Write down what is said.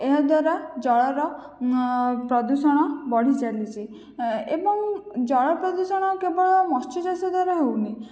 ଏହାଦ୍ଵାରା ଜଳର ପ୍ରଦୂଷଣ ବଢ଼ିଚାଲିଛି ଏବଂ ଜଳ ପ୍ରଦୂଷଣ କେବଳ ମତ୍ସ୍ୟଚାଷ ଦ୍ୱାରା ହେଉନାହିଁ